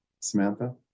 Samantha